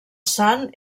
sant